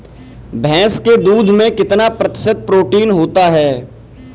भैंस के दूध में कितना प्रतिशत प्रोटीन होता है?